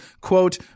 quote